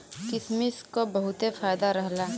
किसमिस क बहुते फायदा रहला